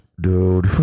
dude